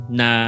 na